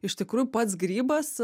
iš tikrųjų pats grybas